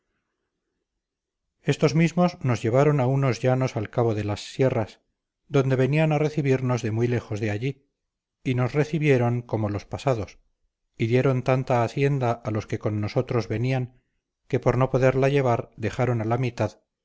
estos mismos nos llevaron a unos llanos al cabo de las sierras donde venían a recibirnos de muy lejos de allí y nos recibieron como los pasados y dieron tanta hacienda a los que con nosotros venían que por no poderla llevar dejaron a la mitad